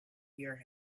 hear